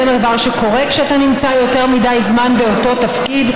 זה דבר שקורה כשאתה נמצא יותר מדי זמן באותו תפקיד,